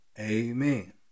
Amen